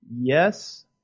yes